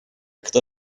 кто